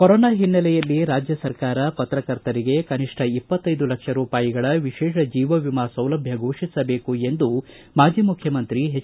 corona ಹಿನ್ನೆಲೆಯಲ್ಲಿ ರಾಜ್ಯ ಸರ್ಕಾರ ಪತ್ರಕರ್ತರಿಗೆ ಕನಿಷ್ಠ ಇಪ್ಪತ್ತೈದು ಲಕ್ಷ ರೂಪಾಯಿಗಳ ವಿಶೇಷ ಜೀವ ವಿಮಾ ಸೌಲಭ್ಯ ಘೋಷಿಸಬೇಕೆಂದು ಮಾಜಿ ಮುಖ್ಯಮಂತ್ರಿ ಎಚ್